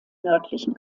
nördlichen